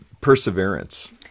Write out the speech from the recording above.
perseverance